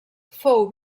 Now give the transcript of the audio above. fou